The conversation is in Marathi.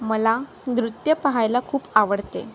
मला नृत्य पहायला खूप आवडते